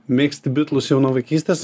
mėgsti bitlus jau nuo vaikystės